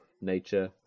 nature